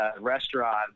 restaurant